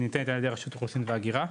ניתנת על ידי רשות האוכלוסין וההגירה.